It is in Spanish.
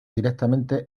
directamente